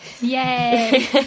Yay